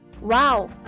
Wow